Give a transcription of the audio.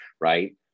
right